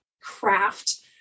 craft